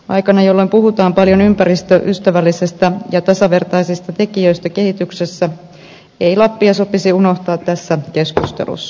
aikana jolloin puhutaan paljon ympäristöystävällisistä ja tasavertaisista tekijöistä kehityksessä ei lappia sopisi unohtaa tässä keskustelussa